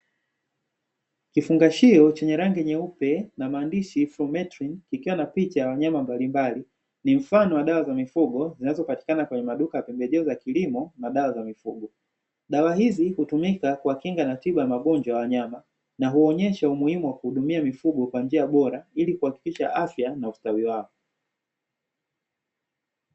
Kifungashio chenye rangi nyeupe na maandishi "flametrim" ikiwa na picha ya wanyama mbalimbali, ni mfano wa dawa za mifugo zinazopatikana kwenye maduka ya pembejeo za kilimo na dawa za mifugo. Dawa hizi hutumika kwa kinga na tiba ya magonjwa ya wanyama na huonyesha umuhimu wa kuhudumia mifugo kwa njia bora ili kuhakikisha afya na ustawi wao.